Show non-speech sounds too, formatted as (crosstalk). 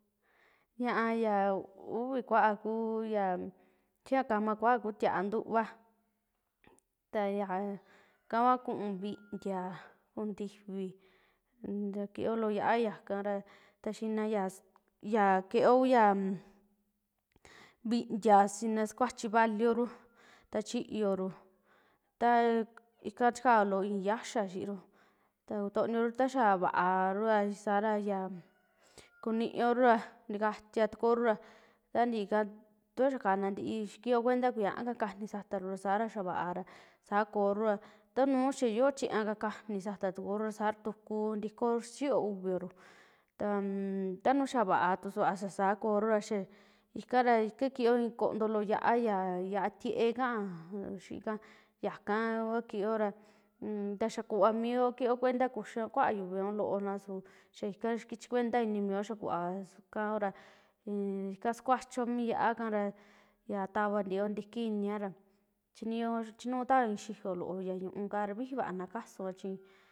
Ña'a ya uvii kuaa kuu yaa xii ya kaama kuaa kuu ti'ia ntuva, ta yaakua kua kuu viintia, kuu intifi ta kioo loo ya'a yakara, ta xina ya keo ku ya (hesitation) vintia xinaa sukuachi valioru, ta chiyooru ta ika chikao loo ixii yaxaa xiiru ta kutonioru ta xaa vaaru ra sara kuiuoru ra ntikatia tukourua taa ntii ika ta xaa kaana ntii, kioo cuenta kuñaa ka kanii sataru rasa ta xaa vaara sakooru ra, ta nuju xaa yoo chiña ka kani satatukuru sara tuku ntikoo sichiyo uvioru tan tanuju xaa vaatu tu vaa tu xaa saa korura ya ikara kio i'i kontolo ya'a, ya ya'a tiee kaao xii ika yaka kua kiora untaxa kuva mioo kio cuenta kuxiuo a kuaa yuvi a loona su xa ikaa chikuenta ini mio xaa kuvaa ikaora ikaa sukuachio mi yiaa ikara ya tava ntiiyo ntiki inia ra chinio (unintelligible) chinuutao i'i xi'io loo ya ñuu kaara vijii vaa na kasua chi.